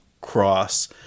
Cross